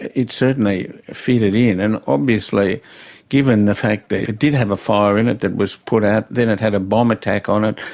it it certainly fitted in. and obviously given the fact that it did have a fire in it that was put out, then it had a bomb attack on it,